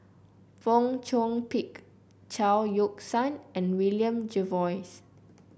Fong Chong Pik Chao Yoke San and William Jervois